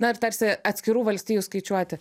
na ir tarsi atskirų valstijų skaičiuoti